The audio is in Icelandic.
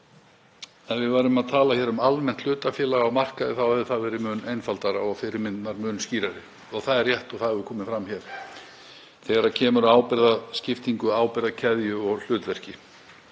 Ef við værum að tala um almennt hlutafélag á markaði hefði verkið verið mun einfaldara og fyrirmyndirnar mun skýrari, það er rétt og það hefur komið fram hér, þegar kemur að ábyrgðarskiptingu, ábyrgðarkeðju og hlutverki.